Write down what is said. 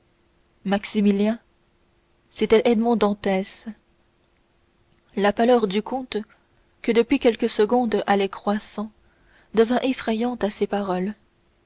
maximilien c'était edmond dantès la pâleur du comte qui depuis quelques secondes allait croissant devint effrayante à ces paroles